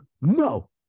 No